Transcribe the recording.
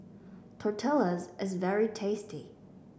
tortillas is very tasty